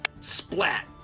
Splat